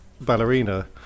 ballerina